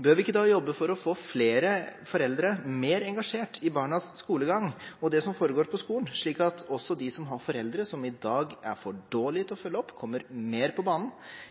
Bør vi ikke da jobbe for å få flere foreldre mer engasjert i barnas skolegang og det som foregår på skolen, slik at også de som har foreldre som i dag er for dårlige til å følge opp, kommer mer på banen,